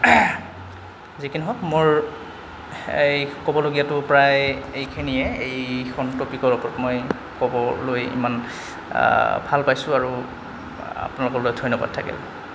যিকি নহওক মোৰ এই ক'বলগীয়াতো প্ৰায় এইখিনিয়ে এইখন টপিকৰ ওপৰত মই ক'বলৈ ইমান ভাল পাইছোঁ আৰু আপোনালোক লৈ ধন্যবাদ থাকিল